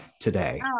today